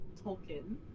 Tolkien